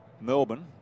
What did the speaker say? Melbourne